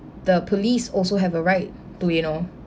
the police also have a right to you know